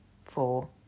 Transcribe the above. four